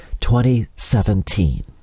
2017